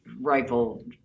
rifle